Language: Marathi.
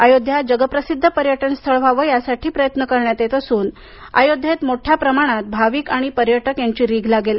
अयोध्या जगप्रसिद्ध पर्यटन स्थळ व्हावं यासाठी प्रयत्न करण्यात येत असून अयोध्येत मोठ्या प्रमाणात भाविक आणि पर्यटक यांची रीघ लागेल